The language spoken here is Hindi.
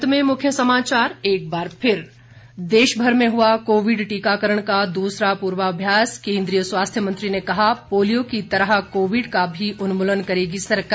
अंत में मुख्य समाचार एक बार फिर देशभर में हआ कोविड टीकाकरण का दूसरा पूर्वाभ्यास केन्द्रीय स्वास्थ्य मंत्री ने कहा पोलियो की तरह कोविड का भी उन्मूलन करेगी सरकार